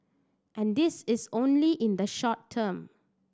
and this is only in the short term